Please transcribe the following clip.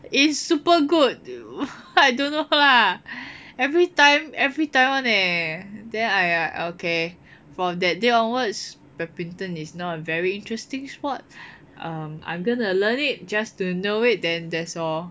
is super good I don't know lah everytime everytime [one] leh then I okay from that day onwards badminton is not a very interesting sport um I'm gonna learn it just to know it then that's all